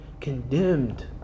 condemned